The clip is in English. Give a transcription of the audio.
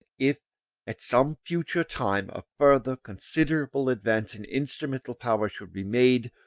if at some future time a further considerable advance in instrumental power should be made,